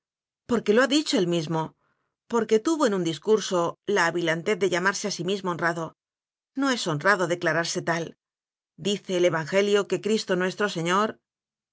porque lo ha dicho él mismo porque tuvo en un discurso la avilan tez de llamarse a sí mismo honrado no es honrado declararse tal dice el evangelio que cristo nuestro señor